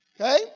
Okay